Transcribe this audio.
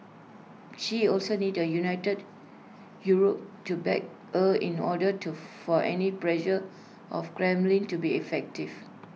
she also needs A united Europe to back her in order to for any pressure of Kremlin to be effective